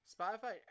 Spotify